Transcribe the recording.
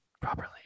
properly